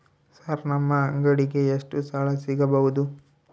Sir ನಮ್ಮ ಅಂಗಡಿಗೆ ಎಷ್ಟು ಸಾಲ ಸಿಗಬಹುದು?